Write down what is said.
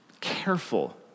careful